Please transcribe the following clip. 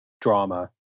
drama